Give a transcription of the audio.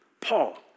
Paul